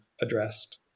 addressed